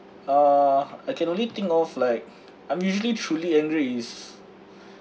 uh I can only think of like I'm usually truly angry is